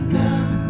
now